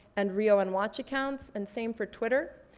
and rioonwatch accounts, and same for twitter.